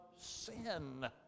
sin